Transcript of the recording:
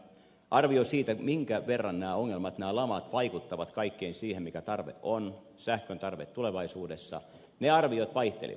arvio siitä minkä verran nämä ongelmat nämä lamat vaikuttavat kaikkeen siihen mikä sähkön tarve on tulevaisuudessa vaihtelivat